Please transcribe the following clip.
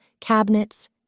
cabinets